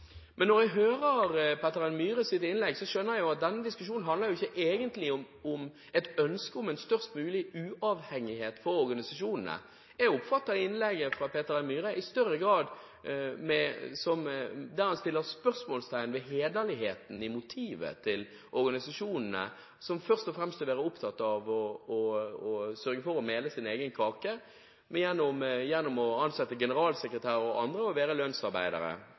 Men når jeg hører Peter N. Myhres innlegg, skjønner jeg at denne diskusjonen ikke egentlig handler om et ønske om en størst mulig uavhengighet for organisasjonene. Jeg oppfatter at Peter N. Myhre i innlegget sitt i større grad setter spørsmålstegn ved hederligheten i motivet til organisasjonene, at de først og fremst er opptatt av å mele sin egen kake gjennom å ansette generalsekretær og andre – og være lønnsarbeidere.